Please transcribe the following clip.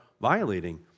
violating